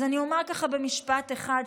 אז אני אומרת ככה במשפט אחד.